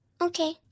Okay